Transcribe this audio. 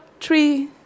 three